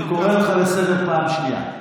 אני קורא אותך לסדר פעם שנייה.